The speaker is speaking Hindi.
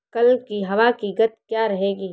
कल की हवा की गति क्या रहेगी?